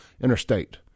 interstate